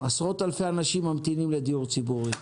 עשרות אלפי אנשים ממתינים לדיור ציבורי,